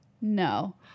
no